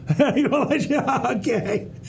Okay